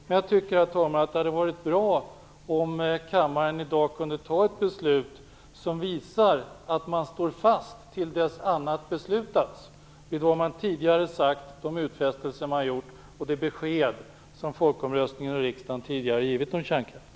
Men jag tycker att det hade varit bra om kammaren i dag hade kunnat fatta ett beslut som visar att man, till dess annat beslutas, står fast vid vad man tidigare har sagt, vid de utfästelser man har gjort och vid de besked som folkomröstningen och riksdagen tidigare har givit om kärnkraften.